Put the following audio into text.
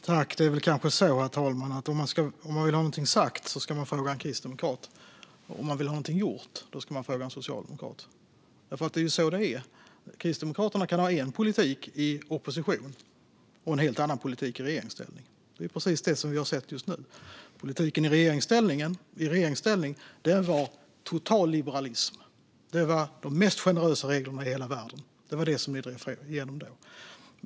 Herr talman! Det kanske är så att om man vill ha någonting sagt ska man fråga en kristdemokrat och om man vill ha någonting gjort ska man fråga en socialdemokrat. Kristdemokraterna kan ha en politik i opposition och en helt annan politik i regeringsställning, och det är precis det som vi har sett just nu. Politiken i regeringsställning var total liberalism och de mest generösa reglerna i hela världen. Det var det som ni drev igenom då.